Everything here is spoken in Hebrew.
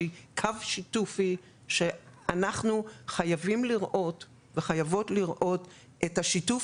קו שיתופי ואנחנו חייבים לראות וחייבות לראות את שיתוף